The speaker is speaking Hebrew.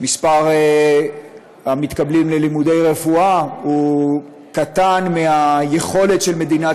מספר המתקבלים ללימודי רפואה קטן מהצורך של מדינת